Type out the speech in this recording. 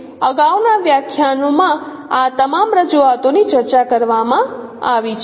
અગાઉ ના વ્યાખ્યાનોમાં આ તમામ રજૂઆતોની ચર્ચા કરવામાં આવી છે